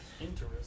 Interesting